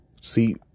See